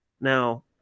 Now